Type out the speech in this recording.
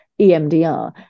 EMDR